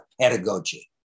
pedagogy